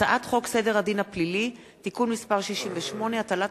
הצעת חוק סדר הדין הפלילי (תיקון מס' 68) (הטלת